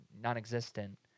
non-existent